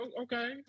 Okay